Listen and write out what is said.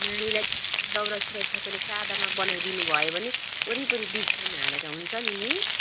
नानीलाई चाहिँ दौरा सुरुवाल तपाईँले सादामा बनाइदिनु भयो भने वरिपरि डिजाइन हालेर हुन्छ नि नि